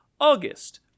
August